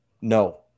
No